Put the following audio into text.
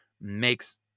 makes